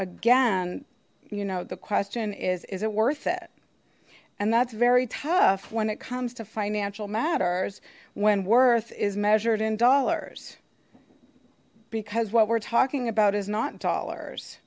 again you know the question is is it worth it and that's very tough when it comes to financial matters when worth is measured in dollars because what we're talking about is not dollars